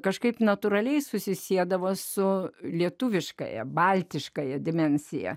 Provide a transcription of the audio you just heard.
kažkaip natūraliai susisiedavo su lietuviškąja baltiškąją dimensiją